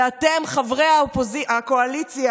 ואתם, חברי הקואליציה,